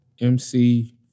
MC